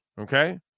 Okay